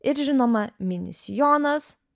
ir žinoma mini sijonas